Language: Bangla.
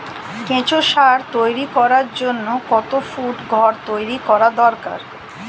কেঁচো সার তৈরি করার জন্য কত ফুট ঘর তৈরি করা দরকার?